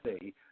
see